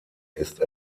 ist